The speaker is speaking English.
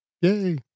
yay